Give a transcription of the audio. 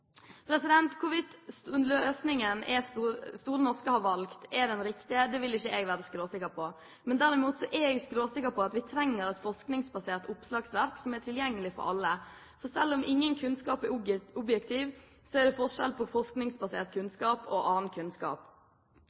Hvorvidt løsningen Store norske leksikon har valgt, er den riktige, vil jeg ikke være skråsikker på, men derimot er jeg skråsikker på at vi trenger et forskningsbasert oppslagsverk som er tilgjengelig for alle. For selv om ingen kunnskap er objektiv, er det forskjell på forskningsbasert kunnskap og annen kunnskap.